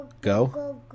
go